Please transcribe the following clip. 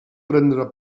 prendre